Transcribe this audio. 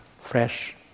fresh